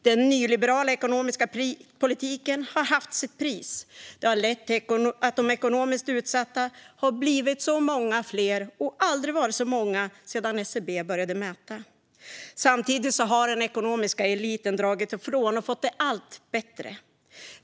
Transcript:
Den nyliberala ekonomiska politiken har haft sitt pris. Den har lett till att de ekonomiskt utsatta har blivit många fler och aldrig har varit så många sedan SCB började mäta. Samtidigt har den ekonomiska eliten dragit ifrån och fått det allt bättre.